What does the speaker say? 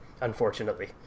unfortunately